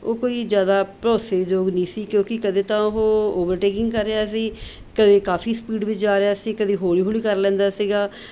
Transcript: ਉਹ ਕੋਈ ਜ਼ਿਆਦਾ ਭਰੋਸੇ ਯੋਗ ਨਹੀਂ ਸੀ ਕਿਉਂਕਿ ਕਦੇ ਤਾਂ ਉਹ ਓਵਰਟੇਕਿੰਗ ਕਰ ਰਿਹਾ ਸੀ ਕਦੇ ਕਾਫੀ ਸਪੀਡ ਵੀ ਜਾ ਰਿਹਾ ਸੀ ਕਦੇ ਹੌਲੀ ਹੌਲੀ ਕਰ ਲੈਂਦਾ ਸੀਗਾ